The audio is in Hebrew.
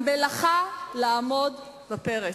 המלאכה לעמוד בפרץ,